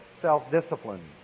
self-discipline